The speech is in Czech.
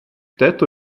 této